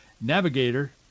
Navigator